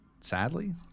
sadly